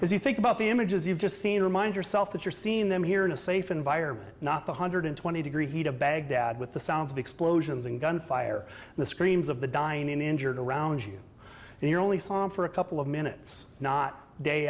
if you think about the images you've just seen remind yourself that you're seeing them here in a safe environment not the hundred twenty degree heat of baghdad with the sounds of explosions and gunfire the screams of the dying in injured around you and you're only stop for a couple of minutes not day